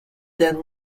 then